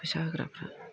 फैसा होग्राफ्रा